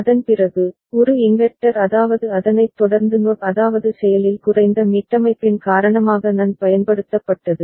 அதன்பிறகு ஒரு இன்வெர்ட்டர் அதாவது அதனைத் தொடர்ந்து NOT அதாவது செயலில் குறைந்த மீட்டமைப்பின் காரணமாக NAND பயன்படுத்தப்பட்டது